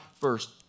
first